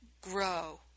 grow